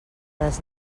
les